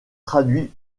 traduit